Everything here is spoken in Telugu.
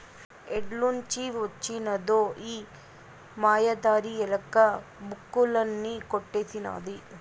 ఏడ్నుంచి వొచ్చినదో ఈ మాయదారి ఎలక, బుక్కులన్నీ కొట్టేసినాది